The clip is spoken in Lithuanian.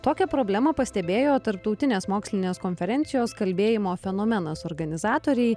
tokią problemą pastebėjo tarptautinės mokslinės konferencijos kalbėjimo fenomenas organizatoriai